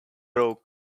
broke